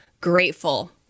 grateful